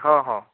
ହଁ ହଁ